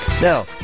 Now